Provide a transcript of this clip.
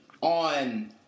on